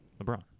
LeBron